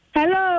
Hello